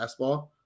fastball